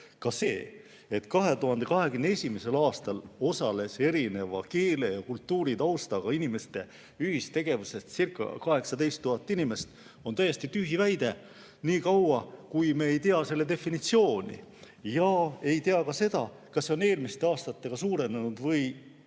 Ka see, et 2021. aastal osales erineva keele‑ ja kultuuritaustaga inimeste ühistegevusescirca18 000 inimest, on täiesti tühi väide, kui me ei tea selle definitsiooni ja ei tea ka seda, kas see on eelmiste aastatega [võrreldes]